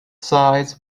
sides